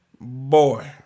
Boy